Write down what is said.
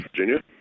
virginia